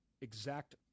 exact